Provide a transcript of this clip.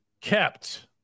kept